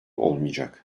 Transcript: olmayacak